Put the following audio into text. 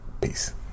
peace